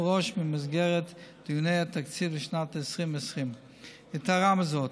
מראש במסגרת דיוני התקציב לשנת 2020. יתרה מזאת,